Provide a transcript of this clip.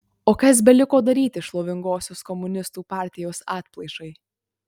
o kas beliko daryti šlovingosios komunistų partijos atplaišai